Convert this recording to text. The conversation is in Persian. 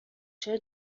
چرا